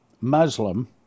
Muslim